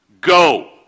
Go